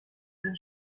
then